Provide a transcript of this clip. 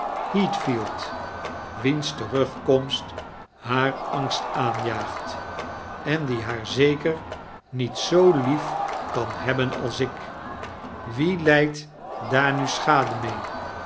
heathfield wiens terugkomst haar angsit aanjaagt en die haar zeker niet zoo lief kan hebben als ik wie lijdt daar nu schade mee